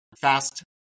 fast